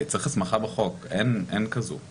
צריך הסמכה בחוק, אין כזאת.